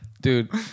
Dude